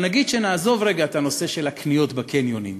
נגיד שנעזוב רגע את נושא הקניות בקניונים,